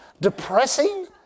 depressing